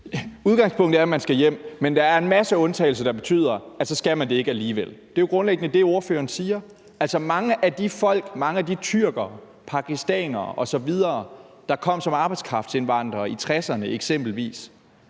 Udgangspunktet er, at man skal hjem, men der er en masse undtagelser, der betyder, at så skal man det ikke alligevel. Det er jo grundlæggende det, ordføreren siger. Altså, mange af de folk, mange af de tyrkere, pakistanere osv., der kom som arbejdskraftindvandrere i 1960'erne eksempelvis,